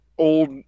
old